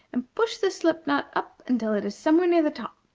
and push this slip-knot up until it is somewhere near the top,